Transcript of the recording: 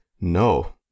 no